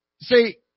See